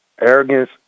Arrogance